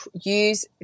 use